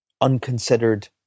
unconsidered